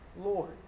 Lord